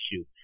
issue